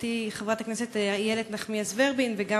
חברתי חברת הכנסת איילת נחמיאס ורבין וגם